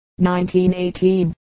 1918